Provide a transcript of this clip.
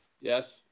Yes